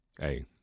hey